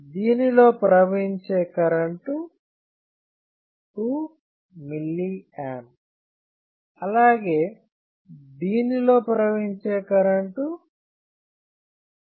దీనిలో ప్రవహించే current 2 mA అలాగే దీనిలో ప్రవహించే కరెంటు 0